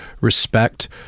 respect